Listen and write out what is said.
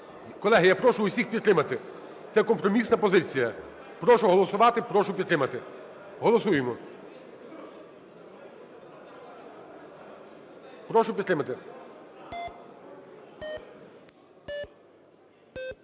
Колеги, я прошу всіх підтримати, це компромісна позиція. Прошу голосувати. Прошу підтримати. Голосуємо! Прошу підтримати.